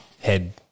Head